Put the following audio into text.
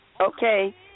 Okay